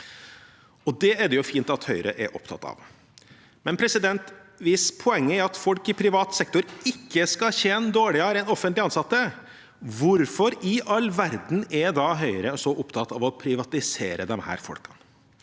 Det er det jo fint at Høyre er opptatt av, men hvis poenget er at folk i privat sektor ikke skal tjene dårligere enn offentlig ansatte, hvorfor i all verden er da Høyre så opptatt av å privatisere disse folkene?